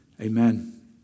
Amen